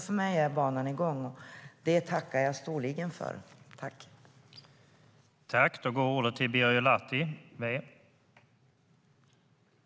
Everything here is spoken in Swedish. För mig är banan igång, och det tackar jag storligen för.